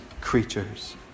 creatures